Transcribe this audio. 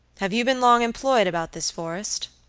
have you been long employed about this forest?